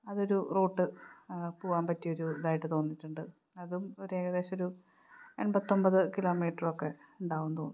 അതൊരു റൂട്ട് പോകാൻ പറ്റിയയൊരു ഇതായിട്ട് തോന്നിയിട്ടുണ്ട് അതും ഒരു ഏകദേശം ഒരു എൺപത്തിയൊമ്പത് കിലോമീറ്ററൊക്കെ ഉണ്ടാകുമെന്ന് തോന്നുന്നുണ്ട്